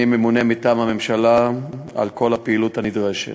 ממונה מטעם הממשלה על כל הפעילות הנדרשת.